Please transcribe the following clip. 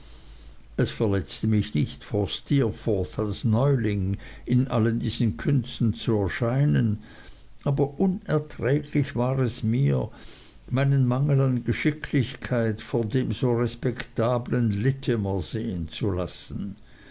es verletzte mich nicht vor steerforth als neuling in allen diesen künsten zu erscheinen aber unerträglich war es mir meinen mangel an geschicklichkeit vor dem so respektablen littimer sehen zu lassen